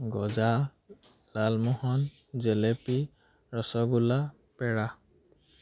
গজা লালমোহন জেলেপি ৰসগোল্লা পেৰা